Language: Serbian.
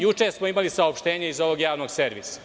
Juče smo imali saopštenje iz ovog javnog servisa.